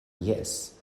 jes